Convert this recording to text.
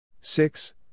Six